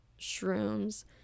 shrooms